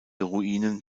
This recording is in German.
ruinen